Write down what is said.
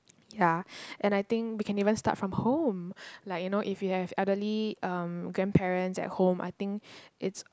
ya and I think we can even start from home like you know if you have elderly um grandparents at home I think it's